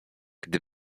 gdy